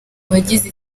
bagize